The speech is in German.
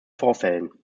vorfällen